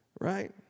Right